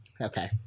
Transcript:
Okay